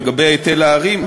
לגבי היטל ההרים,